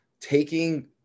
taking